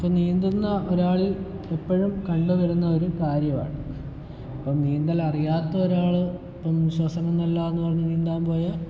നീന്തുന്ന ഒരാളിൽ എപ്പോഴും കണ്ട് വരുന്ന ഒരു കാര്യമാണ് അപ്പോൾ നീന്തൽ അറിയാത്ത ഒരാൾ ഇപ്പോൾ ശ്വസനം നല്ലതാണെന്ന് പറഞ്ഞ് നീന്താൻ പോയാൽ